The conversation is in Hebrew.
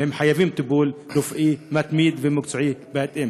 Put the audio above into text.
והם חייבים טיפול רפואי מתמיד ומקצועי בהתאם.